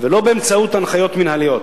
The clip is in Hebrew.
ולא באמצעות הנחיות מינהליות.